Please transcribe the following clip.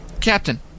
Captain